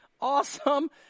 awesome